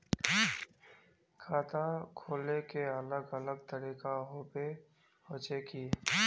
खाता खोले के अलग अलग तरीका होबे होचे की?